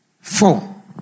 Four